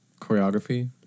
choreography